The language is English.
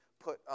put